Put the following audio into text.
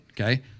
Okay